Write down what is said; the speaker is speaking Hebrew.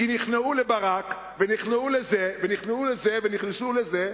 כי נכנעו לברק ונכנעו לזה ונכנעו לזה ונכנעו לזה,